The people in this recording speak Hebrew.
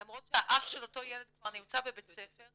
למרות שהאח של אותו ילד כבר נמצא בבית ספר,